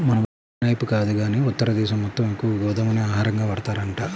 మనైపు కాదు గానీ ఉత్తర దేశం మొత్తం ఎక్కువగా గోధుమనే ఆహారంగా వాడతారంట